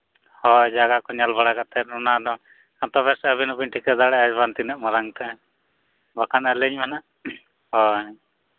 ᱦᱳᱭ ᱡᱟᱭᱜᱟ ᱠᱚ ᱧᱮᱞ ᱵᱟᱲᱟ ᱠᱟᱛᱮ ᱚᱱᱟ ᱫᱚ ᱛᱚᱵᱮ ᱥᱮ ᱟᱹᱵᱤᱱ ᱦᱚᱸ ᱵᱤᱱ ᱴᱷᱤᱠᱟᱹ ᱫᱟᱲᱮᱭᱟᱜᱼᱟ ᱵᱟᱝ ᱛᱤᱱᱟᱹᱜ ᱢᱟᱲᱟᱝ ᱛᱮ ᱵᱟᱠᱷᱟᱱ ᱟᱹᱞᱤᱧ ᱢᱟᱱᱟᱜ ᱦᱳᱭ